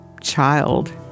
child